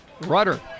Rudder